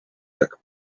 jak